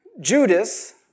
Judas